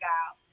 out